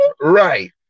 Right